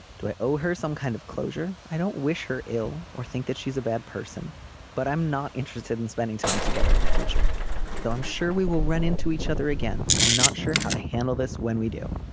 do i owe her some kind of closure. i don't wish her ill or think that she's a bad person but i'm not interested in spending time together in the future though i'm sure we will run into each other again. i'm not sure how to handle this when we do